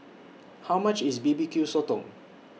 How much IS B B Q Sotong